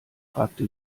fragte